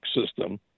system